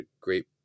great